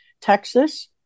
Texas